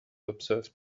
observed